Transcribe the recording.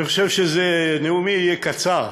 אני חושב שנאומי יהיה קצר,